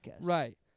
Right